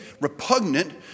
repugnant